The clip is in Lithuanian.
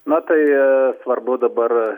na tai svarbu dabar